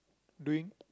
doing